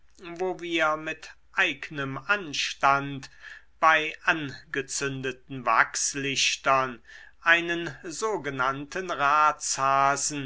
wo wir mit eignem anstand bei angezündeten wachslichtern einen sogenannten